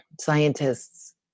scientists